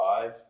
five